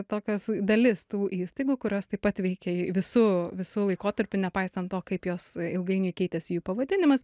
tokios dalis tų įstaigų kurios taip pat veikia visu visu laikotarpiu nepaisant to kaip jos ilgainiui keitėsi jų pavadinimas